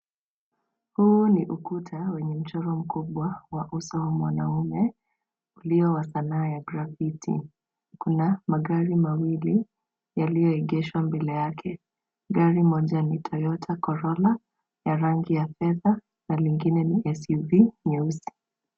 Huu ni ukuta wenye mchoro mkubwa wa uso wa mwanaume ulio wa sanaa ya grafiti. Kuna magari mawili yaliyoegeshwa mbele yake. Gari moja ni Toyota Corolla ya rangi ya fedha na lingine ni SUV nyeusi.